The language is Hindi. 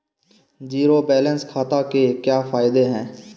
ज़ीरो बैलेंस खाते के क्या फायदे हैं?